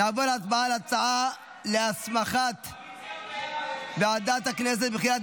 נעבור להצבעה על הצעה להסמכת ועדת הכנסת לבחירת